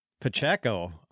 Pacheco